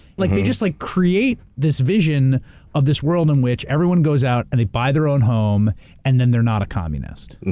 like they just like create this vision of this world in which everyone goes out and they buy their own home and then they're not a communist.